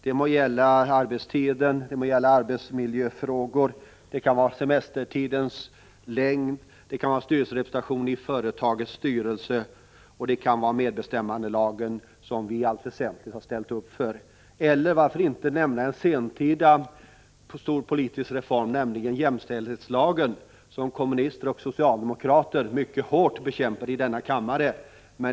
Det må gälla arbetstiden, arbetsmiljöfrågor, semesterns längd, styrelserepresentation i företagens styrelser och medbestämmandelagen, som vi i allt väsentligt har ställt upp för. Och varför inte nämna en sentida stor politisk reform, nämligen jämställdhetslagen, som kommunister och socialdemokrater mycket hårt bekämpade i denna kammare.